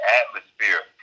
atmosphere